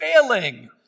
failing